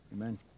Amen